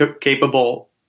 capable